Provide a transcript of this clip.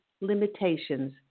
limitations